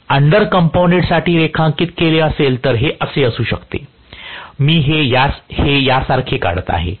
जर मी under compounded साठी रेखांकित केले तर हे असू शकते मी हे यासारखे काढत आहे